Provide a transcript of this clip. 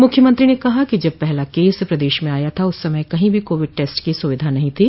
मुख्यमंत्री ने कहा कि जब पहला केस प्रदेश में आया था उस समय कहीं भी कोविड टेस्ट की सुविधा नहीं थी